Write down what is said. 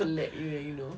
slap you then you know